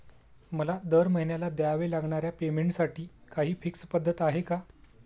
मला दरमहिन्याला द्यावे लागणाऱ्या पेमेंटसाठी काही फिक्स पद्धत आहे का?